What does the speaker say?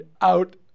out